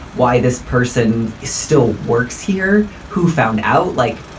why this person still works here who found out like,